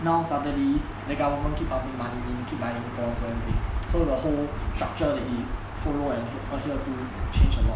now suddenly the government keep pumping money in keep buying bonds and everything so the whole structure that he follow and adhere to change a lot